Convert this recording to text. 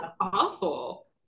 awful